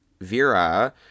Vera